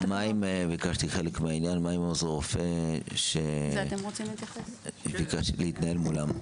--- מה עם עוזרי הרופא שביקשתי להתנהל מולם?